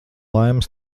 laimes